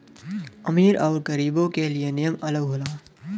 अमीर अउर गरीबो के लिए नियम अलग होला